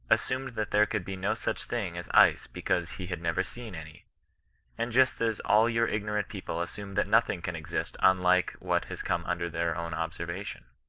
assumed that there could be no such thing as ice because he had never seen any and just as all your ignorant people assume that nothing can exist unlike what has come under their own observation.